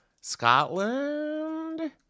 Scotland